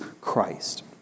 Christ